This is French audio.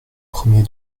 premier